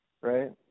right